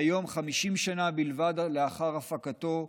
והיום, 50 שנה בלבד לאחר הפקתו,